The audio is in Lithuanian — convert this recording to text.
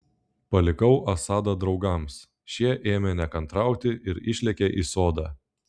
palikau asadą draugams šie ėmė nekantrauti ir išlėkė į sodą